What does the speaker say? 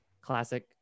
classic